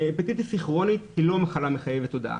הפטיטיס סי כרונית היא לא מחלה מחייבת הודעה.